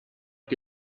che